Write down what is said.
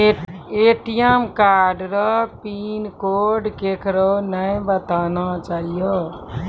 ATM card रो pin code केकरै नाय बताना चाहियो